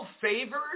favored